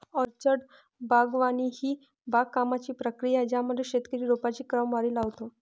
orchard बागवानी ही बागकामाची प्रक्रिया आहे ज्यामध्ये शेतकरी रोपांची क्रमवारी लावतो